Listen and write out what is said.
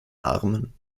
armen